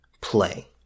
play